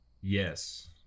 Yes